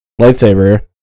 lightsaber